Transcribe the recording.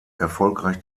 erfolgreich